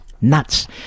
nuts